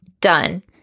Done